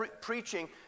preaching